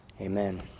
Amen